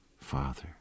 father